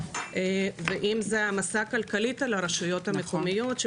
ואם זה העמסה כלכלית על הרשויות המקומיות.